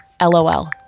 lol